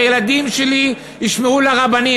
הילדים שלי ישמעו לרבנים,